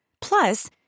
Plus